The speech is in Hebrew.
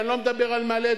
ואני לא מדבר על מעלה-אדומים,